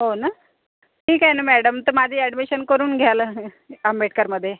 हो ना ठीक आहे ना मॅडम तर माझी ॲडमिशन करून घ्याल आंबेडकरमध्ये